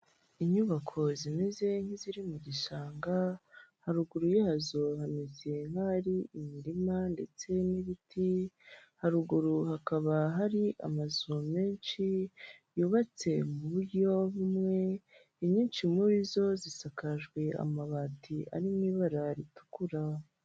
Inyubako zimeze nk'iziri mu gishanga haruguru yazo bameze nk'ahari imirima ndetse n'ibiti haruguru hakaba hari amazu menshi yubatse mu buryo bumwe inyinshi muri zo zisakajwe amabati ari mu ibara ritukura.